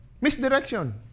Misdirection